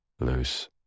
Loose